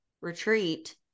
retreat